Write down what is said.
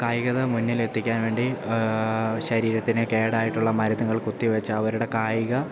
കായികത മുന്നിൽ എത്തിക്കാൻ വേണ്ടി ശരീരത്തിന് കേടായിട്ടുള്ള മരുന്നുകൾ കുത്തിവെച്ച് അവരുടെ കായിക